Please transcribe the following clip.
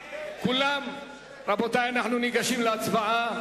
רבותי, אנו ניגשים להצבעה.